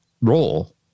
role